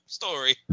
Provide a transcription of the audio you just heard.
story